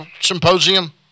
symposium